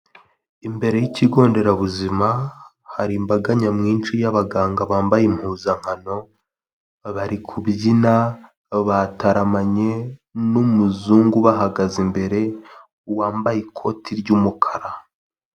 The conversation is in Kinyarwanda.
Imbere y'ikigo nderabuzima hari imbaga nyamwinshi y'abaganga bambaye impuzankano, bari kubyina bataramanye n'umuzungu ubahagaze imbere wambaye ikoti ry'umukara.